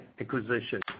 acquisition